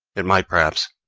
it might, perhaps,